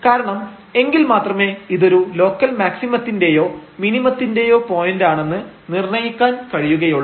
കാരണം എങ്കിൽ മാത്രമേ ഇതൊരു ലോക്കൽ മാക്സിമത്തിന്റെയോ മിനിമത്തിന്റെയോ പോയന്റാണെന്ന് നിർണയിക്കാൻ കഴിയുകയുള്ളൂ